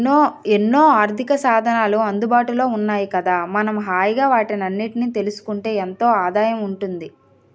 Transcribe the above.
ఎన్నో ఆర్థికసాధనాలు అందుబాటులో ఉన్నాయి కదా మనం హాయిగా వాటన్నిటినీ తెలుసుకుంటే ఎంతో ఆదాయం ఉంటుంది